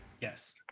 Yes